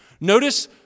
Notice